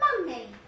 Mummy